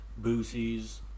Boosie's